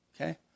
Okay